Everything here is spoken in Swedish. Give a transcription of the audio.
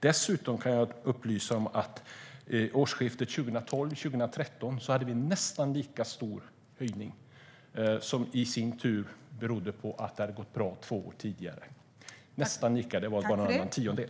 Dessutom kan jag upplysa om att vi årsskiftet 2012/13 hade en nästan lika stor höjning som i sin tur berodde på att det hade gått bra två år tidigare - nästan lika, det var bara en annan tiondel.